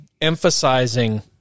emphasizing